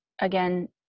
again